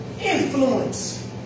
influence